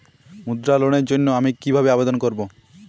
মুদ্রা লোনের জন্য আমি কিভাবে আবেদন করবো?